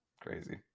Crazy